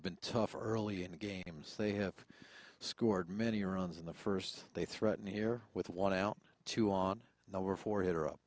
have been tougher early in the games they have scored many runs in the first they threatened here with one out two on the were four hitter up